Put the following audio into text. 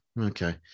Okay